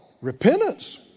repentance